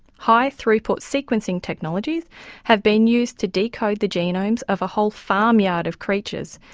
high through-put sequencing technologies have been used to decode the genomes of a whole farmyard of creatures,